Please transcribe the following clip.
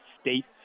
States